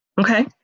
Okay